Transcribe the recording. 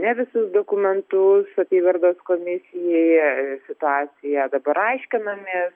ne visus dokumentus apygardos komisijai situaciją dabar aiškinamės